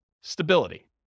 stability